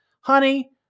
Honey